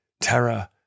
terror